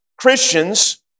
Christians